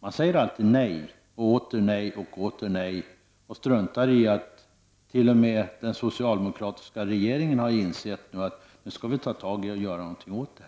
Han säger alltid nej och åter nej och struntar i att t.o.m. den socialdemokratiska regeringen har insett att det är dags att ta itu med frågan och göra någonting åt den.